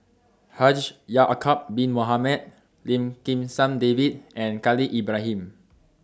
Haji Ya'Acob Bin Mohamed Lim Kim San David and Khalil Ibrahim